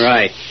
Right